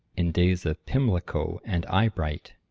in days of pimlico and eye-bright.